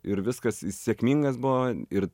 ir viskas sėkmingas buvo ir